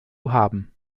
haben